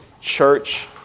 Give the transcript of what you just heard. church